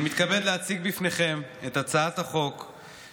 אני מתכבד להציג בפניכם את הצעת חוק-יסוד: